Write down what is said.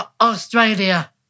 Australia